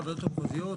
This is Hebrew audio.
הוועדות המחוזיות,